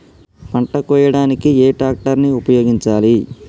పంట కోయడానికి ఏ ట్రాక్టర్ ని ఉపయోగించాలి?